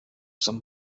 some